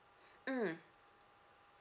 mm